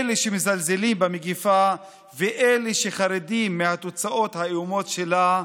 אלה שמזלזלים במגפה ואלה שחרדים מהתוצאות האיומות שלה,